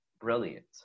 brilliant